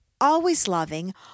always-loving